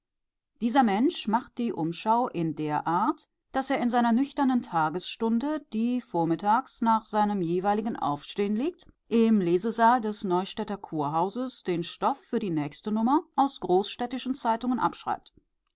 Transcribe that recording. dieser mensch macht die umschau in der art daß er in seiner nüchternen tagesstunde die vormittags nach seinem jeweiligen aufstehen liegt im lesesaal des neustädter kurhauses den stoff für die nächste nummer aus großstädtischen zeitungen abschreibt